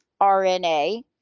RNA